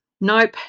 nope